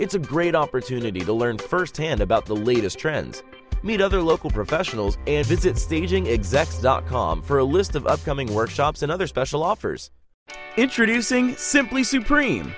it's a great opportunity to learn firsthand about the latest trends meet other local professionals and visit staging exacts dot com for a list of upcoming workshops and other special offers introducing simply supreme